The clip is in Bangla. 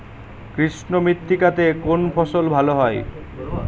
কৃষ্ণ মৃত্তিকা তে কোন ফসল ভালো হয়?